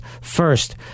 First